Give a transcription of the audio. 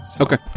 Okay